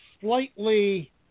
slightly –